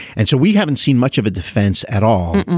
and so we haven't seen much of a defense at all.